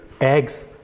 eggs